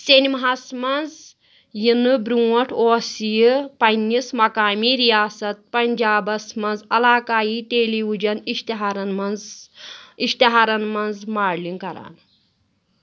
سیٚنِماہس منٛز یِنہٕ برٛونٛٹھ اوس یہِ پنٛنِس مقٲمی رِیاست پنٛجابس منٛز علاقٲیی ٹیٚلی وِجن اِشتِہارن منٛز اِشتِہارَن منٛز ماڈلِنٛگ كران